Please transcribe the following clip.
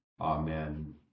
Amen